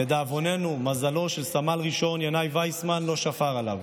לדאבוננו, מזלו של סמ"ר ינאי ויסמן לא שפר עליו.